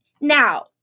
Now